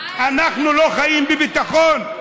אנחנו לא חיים בביטחון.